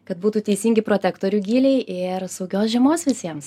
kad būtų teisingi protektorių gyliai ir saugios žiemos visiems